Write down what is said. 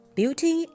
beauty